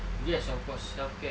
yes of course healthcare